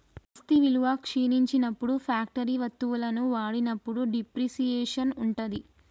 ఆస్తి విలువ క్షీణించినప్పుడు ఫ్యాక్టరీ వత్తువులను వాడినప్పుడు డిప్రిసియేషన్ ఉంటది